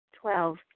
Twelve